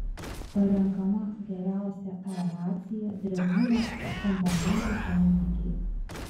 parenkama geriausia aeracija drėgnumas komponentų santykiai